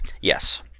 Yes